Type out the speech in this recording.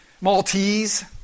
Maltese